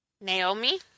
Naomi